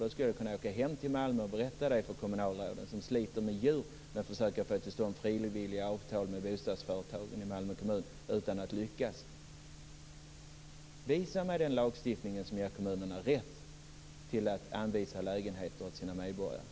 Då skulle jag kunna åka hem till Malmö och berätta det för kommunalråden, som sliter som djur för att försöka få till stånd frivilliga avtal med bostadsföretagen i Malmö kommun utan att lyckas. Visa mig alltså den lagstiftning som ger kommunerna rätt att anvisa lägenheter till sina medborgare.